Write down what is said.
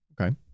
Okay